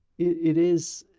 it is,